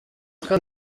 train